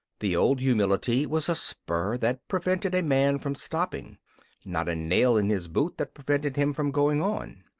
the old humility was a spur that prevented a man from stopping not a nail in his boot that prevented him from going on.